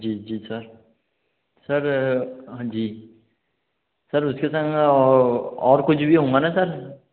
जी जी sir sir हांजी sir उसके संग और कुछ भी होगा ना सर